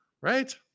right